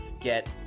get